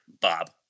Bob